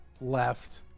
left